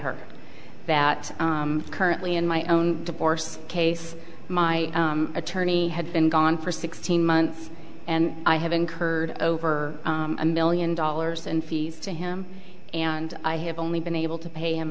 her that currently and my own divorce case my attorney had been gone for sixteen months and i have incurred over a million dollars in fees to him and i have only been able to pay him